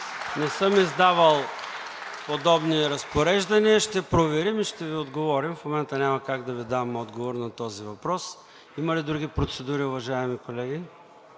Не съм издавал подобни разпореждания. Ще проверим и ще Ви отговорим. В момента няма как да Ви дам отговор на този въпрос. Има ли други процедури, уважаеми колеги?